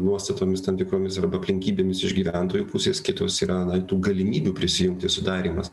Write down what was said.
nuostatomis tam tikromis arba aplinkybėmis iš gyventojų pusės kitos yra na tų galimybių prisijungti sudarymas